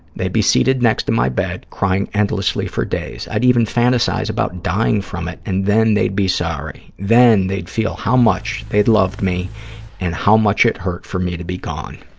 they'd be seated next to my bed, crying endlessly for days. i'd even fantasize about dying from it and then they'd be sorry. then they'd feel how much they'd loved me and how much it hurt for me to be gone.